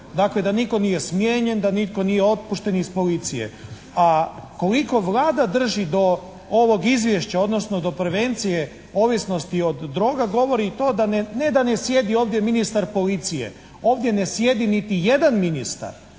Dakle, da nitko nije smijenjen, da nitko nije otpušten iz policije a koliko Vlada drži do ovog izvješća odnosno do prevencije ovisnosti od droga govori i to da ne da ne sjedi ovdje ministar policije, ovdje ne sjedi niti jedan ministar.